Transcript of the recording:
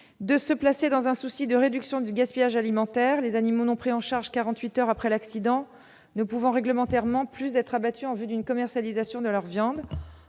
; se placer dans un souci de réduction du gaspillage alimentaire, les animaux non pris en charge quarante-huit heures après l'accident ne pouvant réglementairement plus être abattus en vue d'une commercialisation de leur viande.